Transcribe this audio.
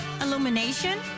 Illumination